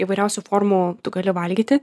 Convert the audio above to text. įvairiausių formų tu gali valgyti